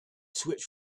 switch